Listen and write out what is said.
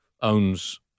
owns